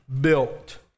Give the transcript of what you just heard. built